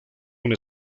una